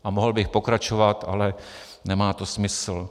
A mohl bych pokračovat, ale nemá to smysl.